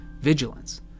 Vigilance